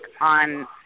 on